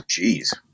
Jeez